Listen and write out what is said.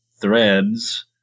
threads